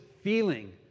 feeling